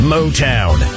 Motown